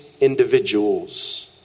individuals